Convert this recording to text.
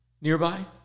nearby